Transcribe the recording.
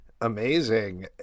Amazing